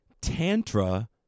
Tantra